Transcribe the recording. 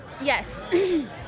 Yes